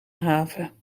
haven